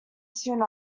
soon